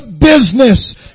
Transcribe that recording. business